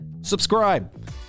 subscribe